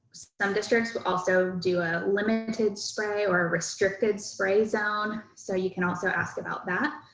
some districts will also do a limited spray or restricted spray zone. so you can also ask about that.